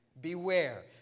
Beware